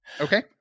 Okay